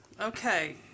okay